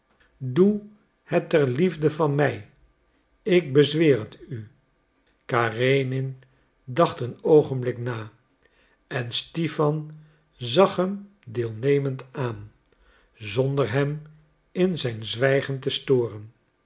doe het ter liefde van mij ik bezweer het u karenin dacht een oogenblik na en stipan zag hem deelnemend aan zonder hem in zijn zwijgen te storen